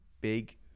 big